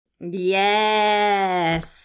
Yes